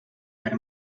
per